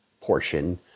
portion